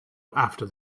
after